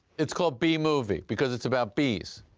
it's called bee movie because it's about bees!